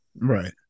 Right